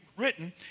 written